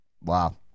Wow